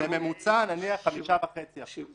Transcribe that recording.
בממוצע זה 5.5%